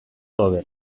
hobe